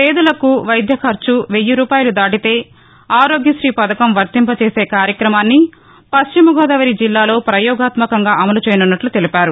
పేదలకు వైద్య ఖర్చు వెయ్యి రూపాయలు దాటితే ఆరోగ్యశ్రీ పథకం వర్తింపచేసే కార్యక్రమాన్ని పశ్చిమగోదావరి జిల్లాలో పయోగాత్యకంగా అమలు చేయనున్నట్ల తెలిపారు